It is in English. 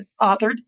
authored